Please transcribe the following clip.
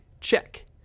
Check